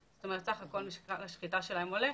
זאת אומרת: סך כול משקל השחיטה שלהם עולה.